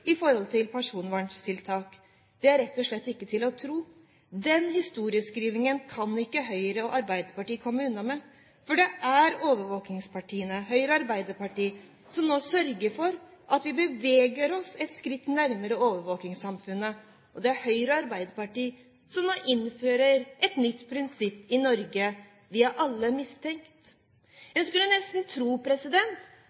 i forhold til personverntiltak. Det er rett og slett ikke til å tro. Den historieskrivingen kan ikke Høyre og Arbeiderpartiet komme unna med. For det er overvåkingspartiene Høyre og Arbeiderpartiet som nå sørger for at vi beveger oss et skritt nærmere overvåkingssamfunnet. Og det er Høyre og Arbeiderpartiet som nå innfører et nytt prinsipp i Norge: Vi er alle mistenkt.